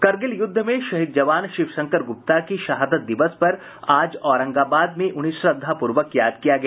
करगिल युद्ध में शहीद जवान शिवशंकर गुप्ता की शहादत दिवस पर आज औरंगाबाद में उन्हें श्रद्धापूर्वक याद किया गया